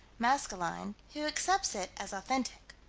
maskelyne, who accepts it as authentic.